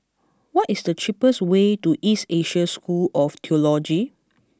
what is the cheapest way to East Asia School of Theology